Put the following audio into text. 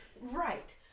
right